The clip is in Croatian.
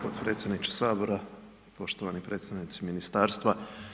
Potpredsjedniče Sabora, poštovani predstavnici ministarstva.